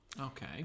Okay